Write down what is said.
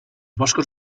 boscos